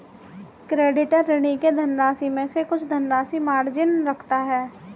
creditor, ऋणी के धनराशि में से कुछ धनराशि मार्जिन रखता है